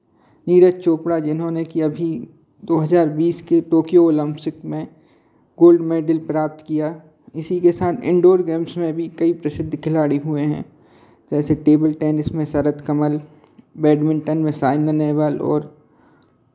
नीरज चोपड़ा जिन्होंने की अभी दो हज़ार बीस के टोक्यो ओलम्पिक में गोल्ड मेडल प्राप्त किया इसी के साथ इंडोर गेम्स में भी कई प्रसिद्ध खिलाड़ी हुए हैं जैसे टेबल टेनिस में शरध कमल बैडमिंटन में सायना नेहवाल और